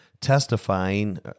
testifying